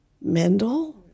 Mendel